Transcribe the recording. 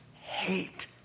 hate